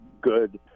good